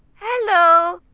hello?